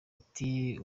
ati